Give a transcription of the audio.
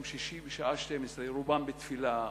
כשרובם בתפילה,